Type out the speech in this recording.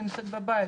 נמצאת בבית,